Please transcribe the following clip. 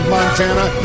Montana